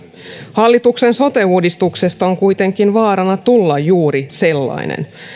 hallituksen sote uudistuksesta on kuitenkin vaarana tulla juuri sellainen